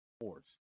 force